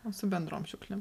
o su bendrom šiukšlėm